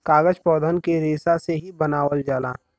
कागज पौधन के रेसा से ही बनावल जाला